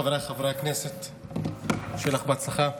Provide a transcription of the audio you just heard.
חבריי חברי הכנסת שיהיה לך בהצלחה.